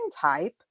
type